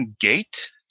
gate